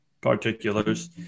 particulars